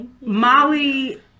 Molly